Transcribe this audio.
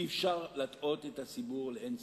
אי-אפשר להטעות את הציבור לאין-סוף.